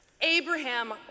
Abraham